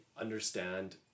understand